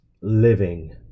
living